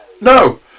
No